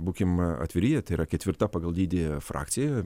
būkim atviri jie tai yra ketvirta pagal dydį frakcija